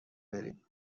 بریم